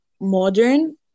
modern